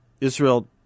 Israel